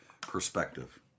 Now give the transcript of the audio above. perspective